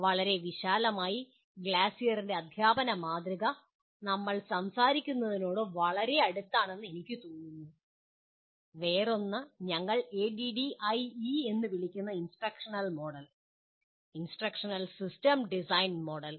വളരെ വിശാലമായി ഗ്ലാസറിൻ്റെ അദ്ധ്യാപന മാതൃക നമ്മൾ സംസാരിക്കുന്നതിനോട് വളരെ അടുത്താണ് എനിക്ക് തോന്നുന്നു വേറൊന്ന് ഞങ്ങൾ ADDIE എന്ന് വിളിക്കുന്ന instructional model instructional system design model